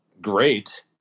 great